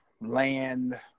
land